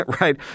right